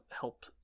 help